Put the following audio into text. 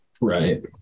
Right